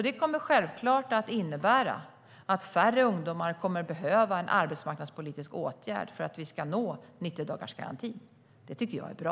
Det kommer att innebära att färre ungdomar kommer att behöva en arbetsmarknadspolitisk åtgärd för att vi ska nå 90-dagarsgarantin. Det tycker jag är bra.